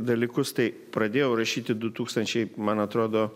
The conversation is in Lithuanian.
dalykus tai pradėjau rašyti du tūkstančiai man atrodo